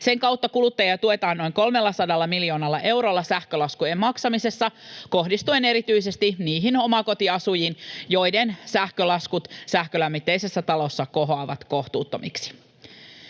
Sen kautta kuluttajia tuetaan noin 300 miljoonalla eurolla sähkölaskujen maksamisessa, kohdistuen erityisesti niihin omakotiasujiin, joiden sähkölaskut sähkölämmitteisissä taloissa kohoavat kohtuuttomiksi.